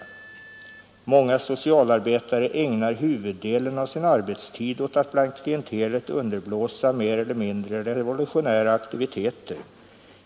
——— Många socialarbetare ägnar huvuddelen av sin arbetstid åt att bland klientelet underblåsa mer eller mindre revolutionära aktiviteter.